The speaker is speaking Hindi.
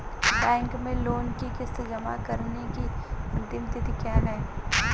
बैंक में लोंन की किश्त जमा कराने की अंतिम तिथि क्या है?